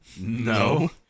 No